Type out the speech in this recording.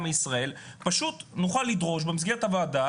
מישראל נוכל לדרוש במסגרת הוועדה,